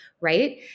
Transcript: right